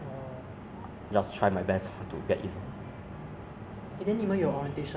it's kind of kind of awkward lah during the Microsoft Teams those ah